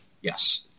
Yes